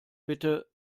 bitte